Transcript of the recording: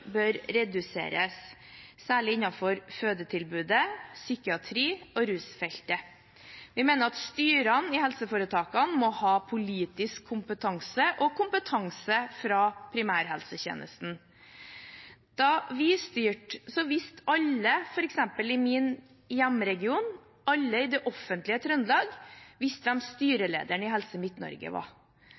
bør reduseres, særlig innenfor fødetilbudet, psykiatrien og rusfeltet. Vi mener at styrene i helseforetakene må ha politisk kompetanse og kompetanse fra primærhelsetjenesten. Da vi styrte, visste alle i det offentlige Trøndelag – f.eks. i min hjemregion – hvem styrelederen i Helse Midt-Norge var.